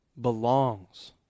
belongs